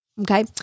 Okay